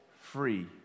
free